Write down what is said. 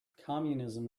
communism